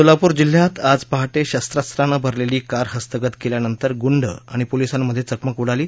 सोलापूर जिल्ह्यात आज पहाटे शस्त्रास्त्रानं भरलेली कार हस्तगत केल्यानंतर गुंड आणि पोलिसांमध्ये चकमक उडाली